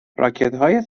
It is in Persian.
راکتهای